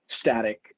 static